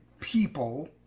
people